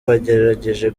bagerageje